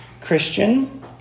Christian